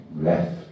left